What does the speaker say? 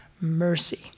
mercy